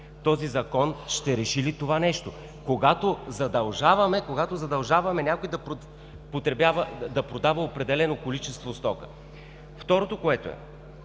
Този Закон ще реши ли това нещо, когато задължаваме някой да продава определено количество стока? Второ. На